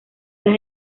las